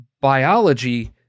biology